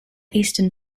eastern